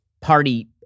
Party